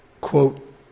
quote